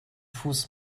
fuß